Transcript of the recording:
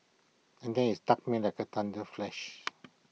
and then IT struck me like A thunder flash